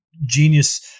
genius